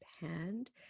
hand